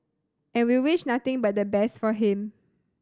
and we'll wish nothing but the best for him